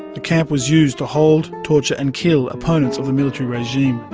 the camp was used to hold, torture and kill opponents of the military regime.